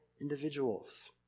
individuals